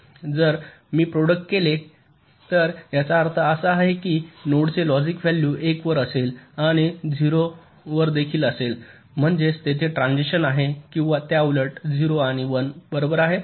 जर मी प्रॉडक्ट घेतले तर याचा अर्थ असा आहे की नोडचे लॉजिक व्हॅल्यू 1 वर असेल आणि 0 वर देखील असेल म्हणजेच तेथे ट्रान्सिशन आहे किंवा त्याउलट 0 आणि 1 बरोबर आहे